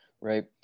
right